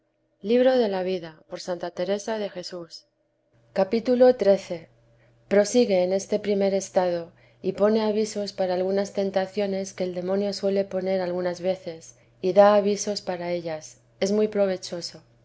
y extraordinarias cap xiii prosigue en este primer estado y pone avisos para algunas tentaciones que el demonio suele poner algunas veces y da avisos para ellas es muy provechoso